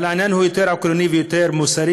אבל העניין הוא יותר עקרוני ויותר מוסרי